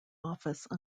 office